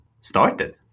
started